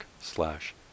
slash